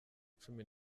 cumi